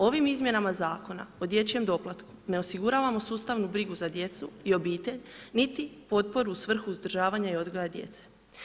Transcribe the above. Ovim Izmjenama zakona o dječjem doplatku, ne osiguravamo sustavnu brigu za djecu i obitelj, niti potporu u svrhu uzdržavanja i odgoja djece.